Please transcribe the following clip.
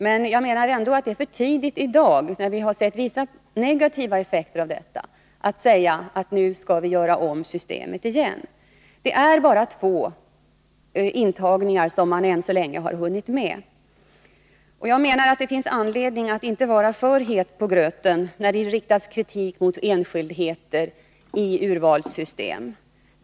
Det är enligt min mening för tidigt i dag, även om vi sett vissa negativa effekter av detta, att säga att nu skall vi göra om systemet igen. Det är bara två intagningar som man ännu så länge hunnit med. Det finns anledning att inte vara för het på gröten när det riktas kritik mot enskildheter i urvalssystem.